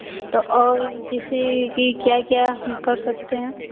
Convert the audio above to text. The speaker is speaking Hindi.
तो और जैसे कि क्या क्या हम कर सकते हैं